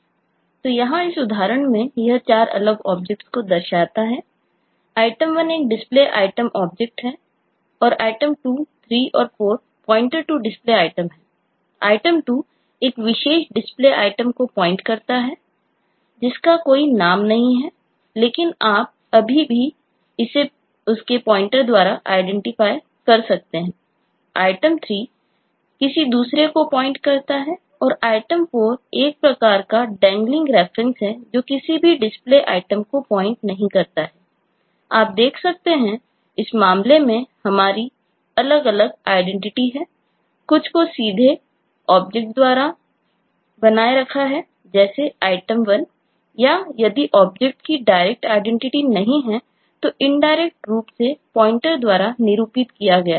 तो यहाँ इस उदाहरण में यह 4 अलग ऑब्जेक्ट्स नहीं है तो इनडायरेक्ट रूप से पॉइंटर द्वारा निरूपित किया गया है